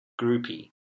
groupie